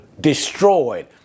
destroyed